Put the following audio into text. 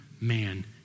man